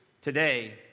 Today